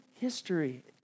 history